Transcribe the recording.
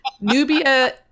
Nubia